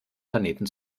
planeten